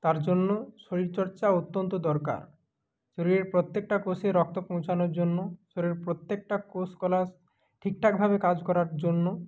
তার জন্য শরীর চর্চা অত্যন্ত দরকার শরীরের প্রত্যেকটা কোষে রক্ত পৌঁছানোর জন্য শরীরের প্রত্যেকটা কোষ কলা ঠিকঠাকভাবে কাজ করার জন্য